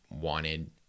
wanted –